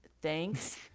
Thanks